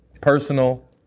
personal